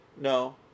No